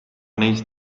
neist